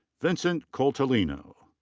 vincent coltellino.